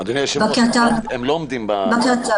אדוני היושב-ראש, הם לא עומדים בתקשי"ר...